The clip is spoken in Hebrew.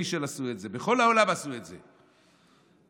בסיישל עשו את זה,